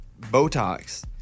Botox